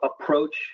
approach